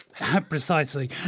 Precisely